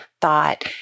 thought